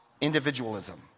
individualism